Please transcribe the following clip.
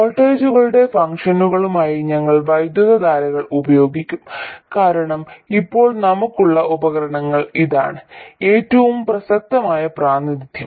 വോൾട്ടേജുകളുടെ ഫംഗ്ഷനുകളായി ഞങ്ങൾ വൈദ്യുതധാരകൾ ഉപയോഗിക്കും കാരണം ഇപ്പോൾ നമുക്കുള്ള ഉപകരണങ്ങൾ ഇതാണ് ഏറ്റവും പ്രസക്തമായ പ്രാതിനിധ്യം